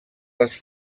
les